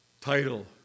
Title